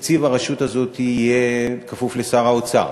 שתקציב הרשות הזאת כפוף לשר האוצר,